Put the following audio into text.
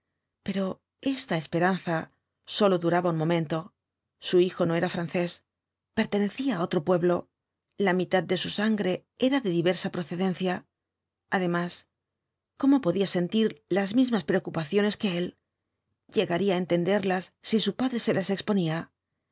pero esta esperanza sólo duraba un momento su hijo no era francés pertenecía á otro pueblo la mitad de su sangre era de diversa procedencia además cómo podía sentir las mismas preocupaciones que él llegaría á entenderlas si su padre se las exponía